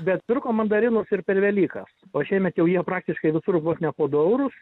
bet pirko mandarinus ir per velykas o šiemet jau jie praktiškai visur vos ne po du eurus